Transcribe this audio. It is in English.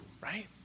right